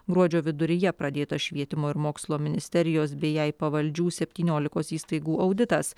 gruodžio viduryje pradėtas švietimo ir mokslo ministerijos bei jai pavaldžių septyniolikos įstaigų auditas